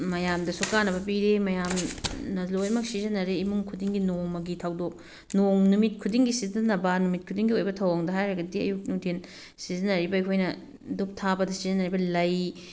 ꯃꯌꯥꯝꯗꯁꯨ ꯀꯥꯟꯅꯕ ꯄꯤꯔꯦ ꯃꯌꯥꯝꯅ ꯂꯣꯏꯅꯃꯛ ꯁꯤꯖꯤꯟꯅꯔꯦ ꯏꯃꯨꯡ ꯈꯨꯗꯤꯡꯒꯤ ꯅꯣꯡꯃꯒꯤ ꯊꯧꯗꯣꯛ ꯅꯣꯡ ꯅꯨꯃꯤꯠ ꯈꯨꯗꯤꯡꯒꯤ ꯁꯤꯖꯤꯟꯅꯕ ꯅꯨꯃꯤꯠ ꯈꯨꯗꯤꯡꯒꯤ ꯑꯣꯏꯕ ꯊꯧꯑꯣꯡꯗ ꯍꯥꯏꯔꯒꯗꯤ ꯑꯌꯨꯛ ꯅꯨꯡꯊꯤꯟ ꯁꯤꯖꯟꯅꯔꯤꯕ ꯑꯩꯈꯣꯏꯅ ꯗꯨꯞ ꯊꯥꯕꯗ ꯁꯤꯖꯟꯅꯔꯤꯕ ꯂꯩ